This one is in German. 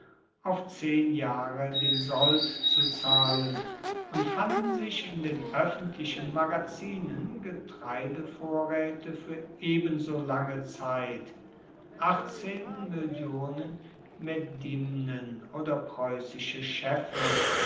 auf zehn jahre den sold zu zahlen und fanden sich in den oeffentlichen magazinen getreidevorraete auf ebenso lange zeit medien oder preussische scheffel